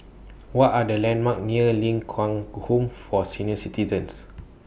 What Are The landmarks near Ling Kwang Home For Senior Citizens